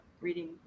reading